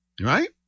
right